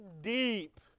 deep